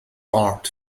bart